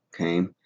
okay